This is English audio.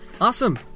Awesome